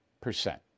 percent